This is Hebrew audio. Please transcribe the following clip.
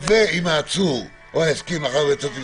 ואם העצור הסכים באמצעות סנגורו.